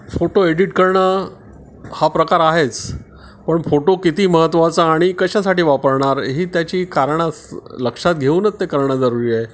photo edit करणं हा प्रकार आहेच पण फोटो किती महत्त्वाचा आणि कशासाठी वापरणार ही त्याची कारण लक्षात घेऊनच ते करणं जरूरी आहे